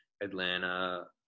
Atlanta